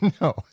No